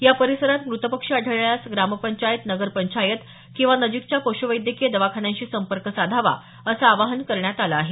या परिसरात म्रत पक्षी आढळल्यास ग्रामपंचायत नगरपंचायत किंवा नजिकच्या पश्वैद्यकीय दवाखान्यांशी संपर्क साधावा असं आवाहन करण्यात आलं आहे